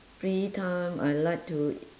free time I like to